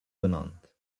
benannt